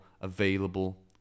available